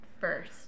first